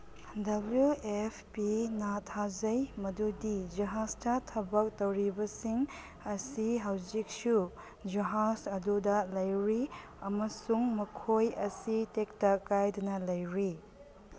W F ꯄꯤꯅ ꯊꯥꯖꯩ ꯃꯗꯨꯗꯤ ꯖꯍꯥꯁꯇ ꯊꯕꯛ ꯇꯧꯔꯤꯕꯁꯤꯡ ꯑꯁꯤ ꯍꯧꯖꯤꯛꯁꯨ ꯖꯍꯥꯁ ꯑꯗꯨꯗ ꯂꯩꯔꯤ ꯑꯃꯁꯨꯡ ꯃꯈꯣꯏ ꯑꯁꯤ ꯇꯦꯛꯇ ꯀꯥꯏꯗꯅ ꯂꯩꯔꯤ